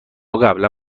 قبلا